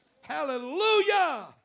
Hallelujah